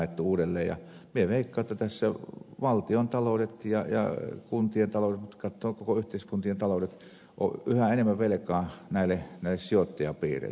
minä veikkaan että tässä valtioiden taloudet ja kuntien taloudet ja koko yhteiskuntien taloudet kun katsoo ovat yhä enemmän velkaa näille sijoittajapiireille